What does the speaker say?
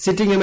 sitting M